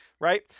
right